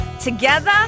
together